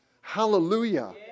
Hallelujah